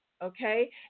Okay